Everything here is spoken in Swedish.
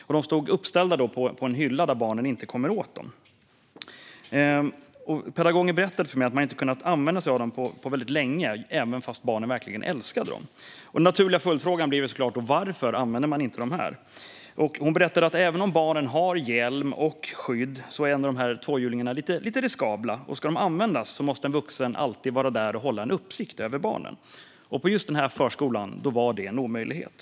De stod uppställda på en hylla där barnen inte kunde komma åt dem. Pedagogen berättade för mig att man inte hade kunnat använda sig av tvåhjulingarna på länge trots att barnen verkligen älskade dem. Den naturliga följdfrågan blev såklart: Varför använder ni inte tvåhjulingarna? Pedagogen berättade då att även om barnen har hjälm och skydd är dessa tvåhjulingar lite riskabla, och om de ska användas måste en vuxen alltid vara där och ha uppsikt över barnen. På just denna förskola var det en omöjlighet.